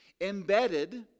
embedded